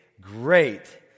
great